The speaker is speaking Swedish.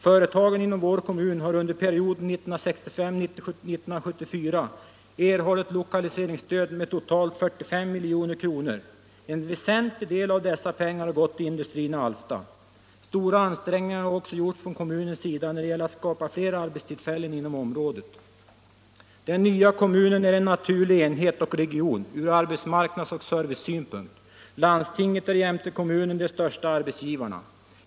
Företagen inom vår kommun har under perioden 1965-1974 erhållit lokaliseringsstöd med totalt 45 milj.kr. En väsentlig del av dessa pengar har gått till industrin i Alfta. Stora ansträngningar har också gjorts från kommunens sida när det gäller att skapa fler arbetstillfällen inom området. Den nya kommunen är en naturlig enhet och region ur arbetsmarknadsoch servicesynpunkt. Landstinget och kommunen är de största arbetsgivarna.